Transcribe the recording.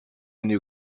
new